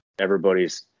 everybody's